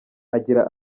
agira